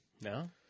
No